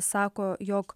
sako jog